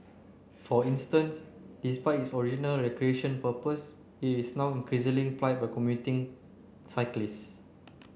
for instance despite its original recreation purpose it is now increasingly plied by commuting cyclists